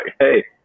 hey